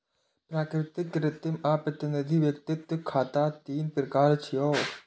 प्राकृतिक, कृत्रिम आ प्रतिनिधि व्यक्तिगत खाता तीन प्रकार छियै